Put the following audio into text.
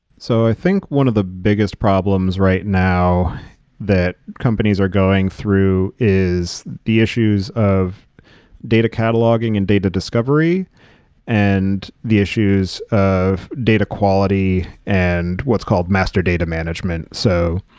so, i think one of the biggest problems right now that companies are going through is the issues of data cataloging and data discovery and the issues of data quality and what's called master data management. so,